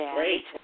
Great